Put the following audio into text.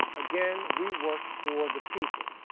again, we work for the people.